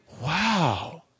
Wow